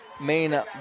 main